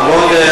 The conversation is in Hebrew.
התש"ע 2009,